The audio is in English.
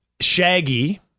Shaggy